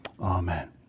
Amen